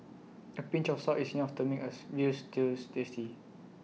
A pinch of salt is enough to make A Veal Stew tasty